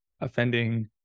offending